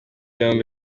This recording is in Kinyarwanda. yombi